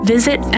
Visit